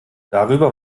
darüber